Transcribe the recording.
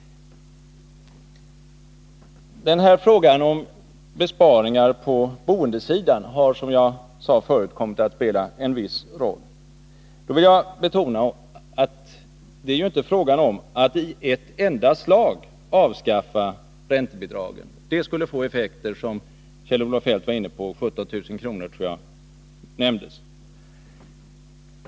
Frågan om besparingar på boendesidan har, som jag sade förut, kommit att spela en viss roll. Då vill jag betona att det ju inte är fråga om att i ett enda slag avskaffa räntebidragen. Det skulle få kraftiga effekter — jag tror att Kjell-Olof Feldt nämnde siffran 17 000.